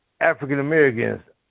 African-Americans